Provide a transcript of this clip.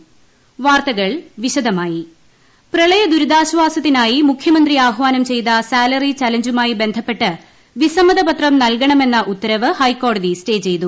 ടടടടടടടടട salary challenge intro പ്രളയദൂരിതാശ്ചാസത്തിനായി മുഖ്യമന്ത്രി ആഹ്വാനം ചെയ്ത സാലറി ചലഞ്ചുമായി ബന്ധപ്പെട്ട് വിസമ്മതപത്രം നൽകണമെന്ന ഉത്തരവ് ഹൈക്കോടതി സ്റ്റേ ചെയ്തു